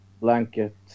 blanket